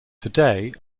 today